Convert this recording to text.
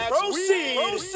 proceed